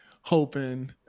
hoping